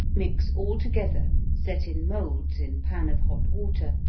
mix all together, set in molds in pan of hot water,